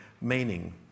meaning